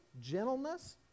gentleness